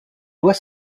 doit